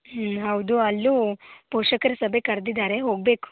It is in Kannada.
ಹೌದು ಅಲ್ಲೂ ಪೋಷಕರ ಸಭೆ ಕರೆದಿದ್ದಾರೆ ಹೋಗಬೇಕು